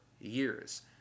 years